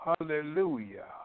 Hallelujah